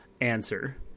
answer